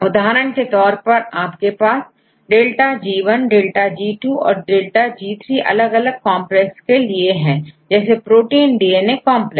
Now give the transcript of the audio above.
उदाहरण के तौर पर यहां ΔG1 ΔG2 ΔG3अलग अलग कांप्लेक्स के लिए हैं जैसे प्रोटीन डीएनए कंपलेक्सेस